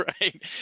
right